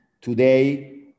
today